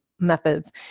methods